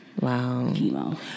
Wow